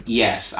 yes